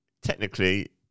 technically